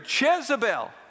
Jezebel